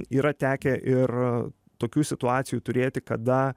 yra tekę ir tokių situacijų turėti kada